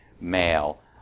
male